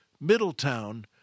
Middletown